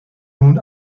nun